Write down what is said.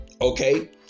Okay